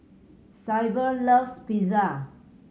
Syble loves Pizza